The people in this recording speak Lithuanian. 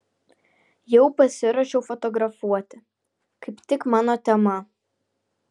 jau pasiruošiau fotografuoti kaip tik mano tema